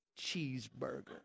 cheeseburger